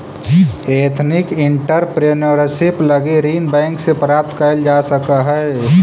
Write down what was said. ethnic entrepreneurship लगी ऋण bank से प्राप्त कैल जा सकऽ हई